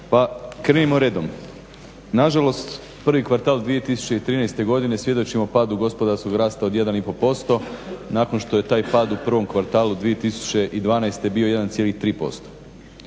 Pa krenimo redom. Na žalost prvi kvartal 2013. godine svjedočimo padu gospodarskog rasta od 1,5%. Nakon što je taj pad u prvom kvartalu 2013. bio 1,3%.